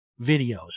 videos